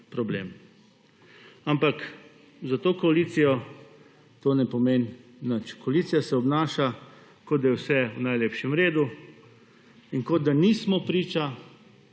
problem, ampak za to koalicijo to ne pomeni nič. Koalicija se obnaša kot, da je vse v najlepšem redu in kot da nismo priča